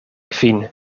kvin